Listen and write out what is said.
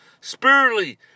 Spiritually